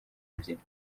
ebyiri